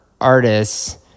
artists